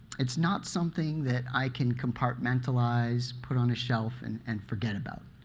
it's not something that i can compartmentalize, put on a shelf, and and forget about.